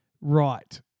Right